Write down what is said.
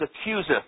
accuser